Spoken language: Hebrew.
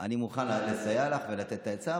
אני מוכן לסייע לך ולתת עצה.